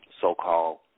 so-called